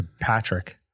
Patrick